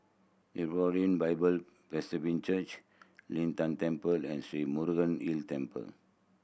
Hebron Bible Presbyterian Church Lin Tan Temple and Sri Murugan Hill Temple